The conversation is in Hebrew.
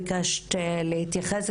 ביקשת להתייחס,